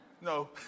No